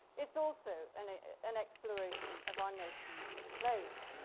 it's also an ah an exploration of our notions of place.